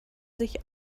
sich